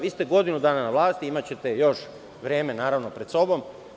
Vi ste godinu dana na vlasti, imaćete još vremena, naravno, pred sobom.